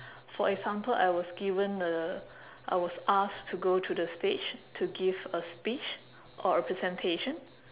for example I was given a I was asked to go to the stage to give a speech or a presentation